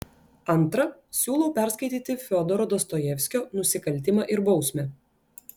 antra siūlau perskaityti fiodoro dostojevskio nusikaltimą ir bausmę